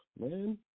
man